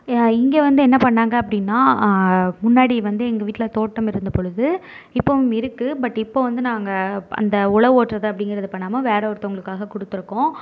இங்கே வந்து என்ன பண்ணாங்க அப்படின்னா முன்னாடி வந்து எங்கள் வீட்டில் தோட்டம் இருந்தபொழுது இப்போவும் இருக்கு பட் இப்போ வந்து நாங்கள் அந்த உழவோட்றது அப்படிங்கறது பண்ணாமல் வேறு ஒருத்தவங்களுக்காக கொடுத்துருக்கோம்